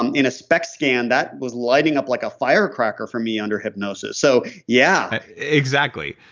um in a speck scan, that was lighting up like a fire cracker for me under hypnosis. so yeah exactly.